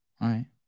right